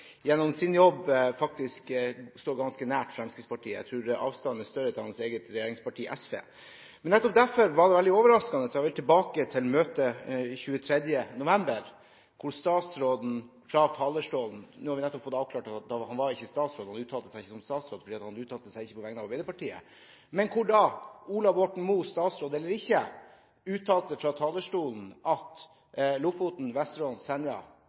gjennom sin jobb faktisk står ganske nær Fremskrittspartiet. Jeg tror avstanden er større til hans egen regjeringspartner SV. Jeg vil til møtet 23. november. Det var veldig overraskende at statsråden – nå har vi nettopp fått avklart at han ikke uttalte seg som statsråd fordi han ikke uttalte seg på vegne av Arbeiderpartiet – uttalte fra en talerstol at Lofoten, Vesterålen og Senja